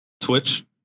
Twitch